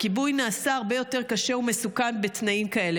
הכיבוי נעשה הרבה יותר קשה ומסוכן בתנאים כאלה.